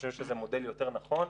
חושבים שזה מודל יותר נכון.